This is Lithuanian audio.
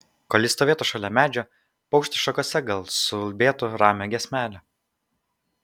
kol ji stovėtų šalia medžio paukštis šakose gal suulbėtų ramią giesmelę